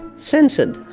censored.